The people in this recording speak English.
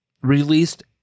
released